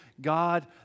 God